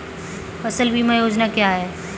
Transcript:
फसल बीमा योजना क्या है?